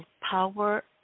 power